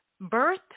birth